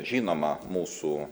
žinoma mūsų